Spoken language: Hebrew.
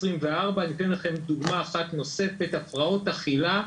אני אתן לכם דוגמה אחת נוספת, הפרעות אכילה.